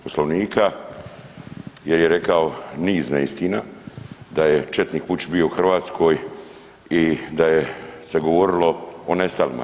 Poslovnika jer je rekao niz neistina da je četnik Vučić bio u Hrvatskoj i da je se govorilo o nestalima.